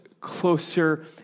closer